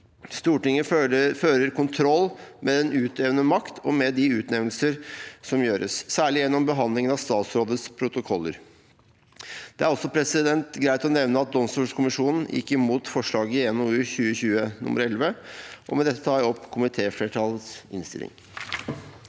Stortinget fører kontroll med den utøvende makt og med de utnevnelser som gjøres, særlig gjennom behandlingen av statsrådets protokoller. Det er også greit å nevne at domstolkommisjonen gikk mot forslaget i NOU 2020: 11. Med dette tilrår jeg komitéflertallets innstilling.